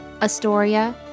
Astoria